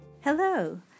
Hello